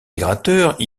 migrateurs